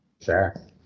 Sure